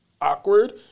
awkward